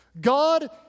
God